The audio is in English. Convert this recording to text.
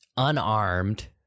unarmed